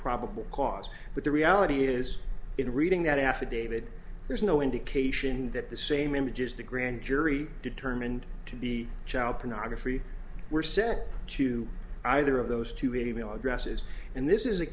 probable cause but the reality is in reading that affidavit there's no indication that the same images the grand jury determined to be child pornography were said to either of those two any e mail addresses and this is a